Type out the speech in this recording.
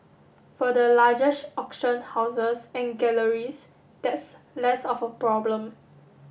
for the largest auction houses and galleries that's less of a problem